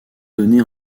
donnés